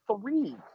three